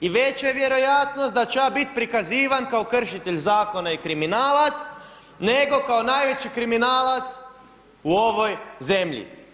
I veća je vjerojatnost da ću ja biti prikazivan kao kršitelj zakona i kriminalac nego kao najveći kriminalac u ovoj zemlji.